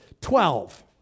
Twelve